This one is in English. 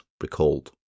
recalled